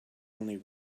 only